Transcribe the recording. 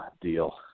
deal